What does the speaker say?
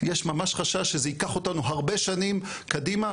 יש ממש חשש שזה ייקח אותנו הרבה שנים קדימה,